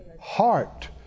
Heart